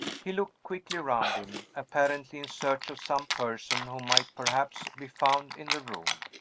he looked quickly round him apparently in search of some person who might, perhaps, be found in the room.